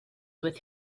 with